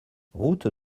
route